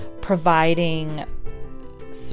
providing